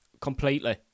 completely